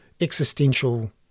existential